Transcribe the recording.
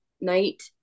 night